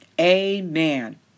Amen